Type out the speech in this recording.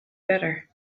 better